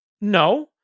No